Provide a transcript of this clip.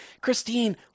Christine